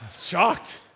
shocked